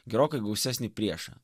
gerokai gausesnį priešą